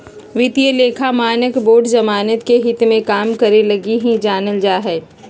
वित्तीय लेखा मानक बोर्ड जनमत के हित मे काम करे लगी ही जानल जा हय